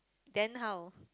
then how